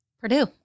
Purdue